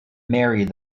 married